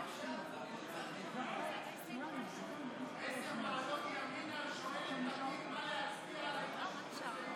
עשר מעלות ימינה ושואל את לפיד מה להצביע על ההתיישבות הצעירה.